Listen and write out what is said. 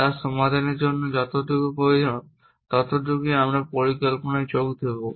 তার সমাধানের জন্য যতটুকু প্রয়োজন ততটুকুই আমরা পরিকল্পনায় যোগ করব